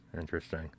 Interesting